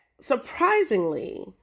surprisingly